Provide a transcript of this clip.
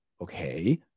Okay